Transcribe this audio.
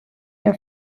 der